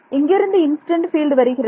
எங்கிருந்து incident field வருகிறது